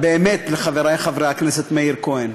ולחברי חבר הכנסת מאיר כהן,